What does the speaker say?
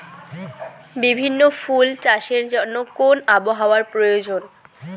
বিভিন্ন ফুল চাষের জন্য কোন আবহাওয়ার প্রয়োজন?